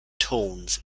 tones